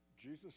Jesus